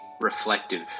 reflective